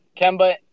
Kemba